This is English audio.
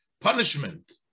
punishment